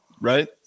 right